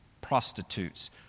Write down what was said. prostitutes